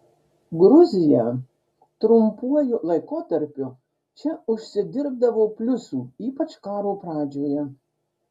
gruzija trumpuoju laikotarpiu čia užsidirbdavo pliusų ypač karo pradžioje